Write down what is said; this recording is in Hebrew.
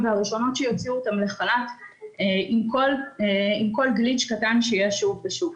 לכן כדי שדבר